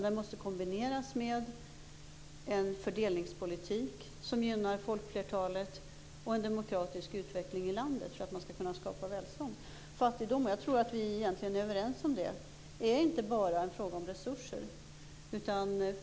Den måste kombineras med en fördelningspolitik som gynnar folkflertalet och en demokratisk utveckling i landet. Vi är överens om att fattigdom inte bara är en fråga om resurser.